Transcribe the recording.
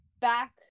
back